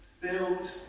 Build